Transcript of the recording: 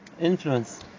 influence